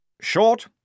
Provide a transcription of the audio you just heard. Short